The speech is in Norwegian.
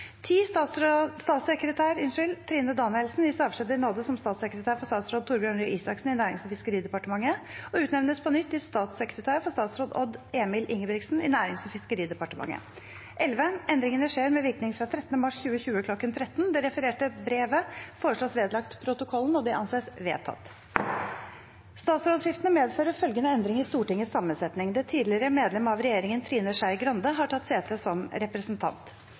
Statssekretær Trine Danielsen gis avskjed i nåde som statssekretær for statsråd Torbjørn Røe Isaksen i Nærings- og fiskeridepartementet og utnevnes på nytt til statssekretær for statsråd Odd Emil Ingebrigtsen i Nærings- og fiskeridepartementet. Endringene skjer med virkning fra 13. mars 2020 kl. 1300.» Det refererte brevet foreslås vedlagt protokollen. – Det anses vedtatt. Statsrådsskiftene medfører følgende endring i Stortingets sammensetning: Det tidligere medlem av regjeringen, Trine Skei Grande , har tatt sete som representant.